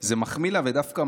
ודווקא מראה את,